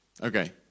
Okay